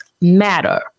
matter